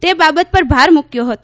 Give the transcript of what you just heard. તે બાબત પર ભાર મૂક્યો હતો